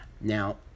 Now